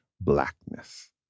blackness